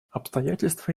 обстоятельства